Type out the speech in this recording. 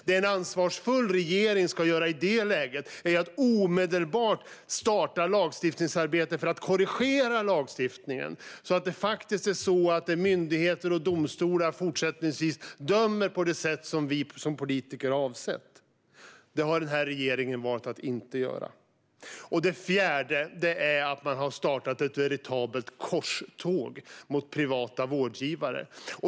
Det en ansvarsfull regering ska göra i det läget är att omedelbart starta ett lagstiftningsarbete för att korrigera lagstiftningen så att myndigheter och domstolar fortsättningsvis dömer på det sätt som vi politiker har avsett. Det har denna regering valt att inte göra. Det fjärde är att man har startat ett veritabelt korståg mot privata vårdgivare.